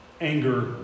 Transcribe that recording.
anger